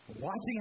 Watching